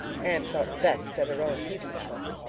anne felt vexed at her own heedlessness.